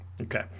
okay